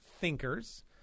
thinkers